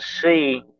see